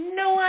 no